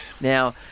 Now